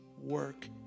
work